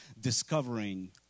discovering